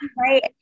Right